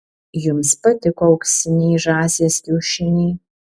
jums patiko auksiniai žąsies kiaušiniai